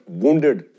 wounded